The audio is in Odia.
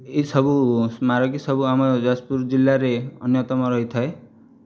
ଏହିସବୁ ସ୍ମାରକୀ ସବୁ ଆମ ଯାଜପୁର ଜିଲ୍ଲାରେ ଅନ୍ୟତମ ରହିଥାଏ